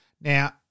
Now